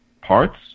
parts